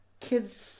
Kids